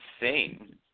insane